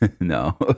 No